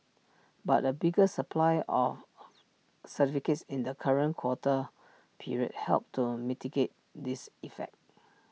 but A bigger supply of certificates in the current quota period helped to mitigate this effect